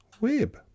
web